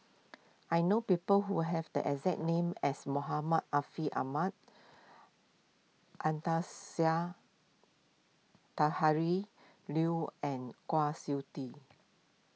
I know people who have the exact name as Muhammad Ariff Ahmad Anastasia Liew and Kwa Siew Tee